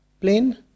plane